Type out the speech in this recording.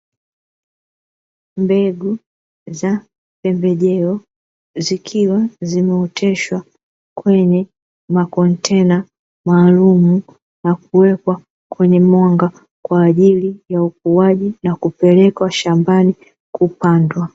Mbegu za pembejeo zikiwa zimeoteshwa kwenye makontena maalumu na kuwekwa kwenye mwanga, kwa ajili ya ukuaji na kupelekwa shambani kupandwa.